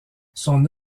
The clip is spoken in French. son